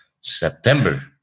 September